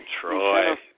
Troy